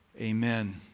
Amen